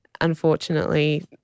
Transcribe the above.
unfortunately